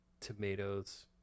tomatoes